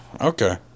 Okay